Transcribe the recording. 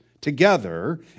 together